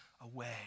away